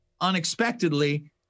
unexpectedly